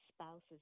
spouse's